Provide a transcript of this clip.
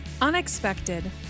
Unexpected